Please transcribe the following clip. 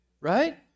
right